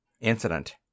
Incident